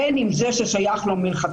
בין אם זה ששייך לו מלכתחילה,